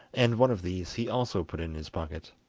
and one of these he also put in his pocket.